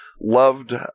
loved